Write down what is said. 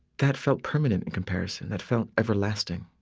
that felt permanent in comparison. that felt everlasting.